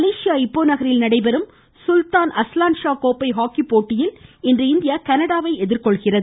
Malaysia Ipoh நகரில் நடைபெறும் Sultan Azlan Shah கோப்பை ஹாக்கி போட்டியில் இன்று இந்தியா கனடாவை எதிர்கொள்கிறது